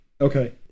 Okay